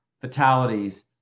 fatalities